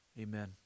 amen